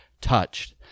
touched